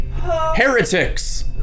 heretics